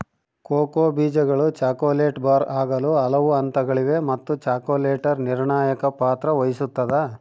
cocoa ಬೀಜಗಳು chocolate bar ಆಗಲು ಹಲವು ಹಂತಗಳಿವೆ ಮತ್ತು ಚಾಕೊಲೇಟರ್ ನಿರ್ಣಾಯಕ ಪಾತ್ರ ವಹಿಸುತ್ತದ